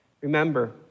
Remember